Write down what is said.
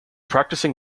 practicing